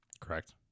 Correct